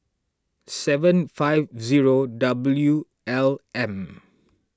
seven five zero W L M